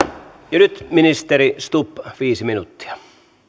ja nyt ministeri stubb viisi minuuttia